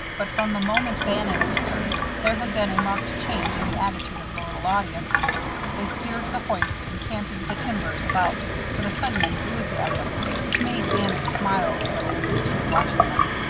but from the moment bannon appeared there had been a marked change in the attitude of the little audience they steered the hoist and canted the timbers about with a sudden enthusiasm which made bannon smile a little as he stood watching them.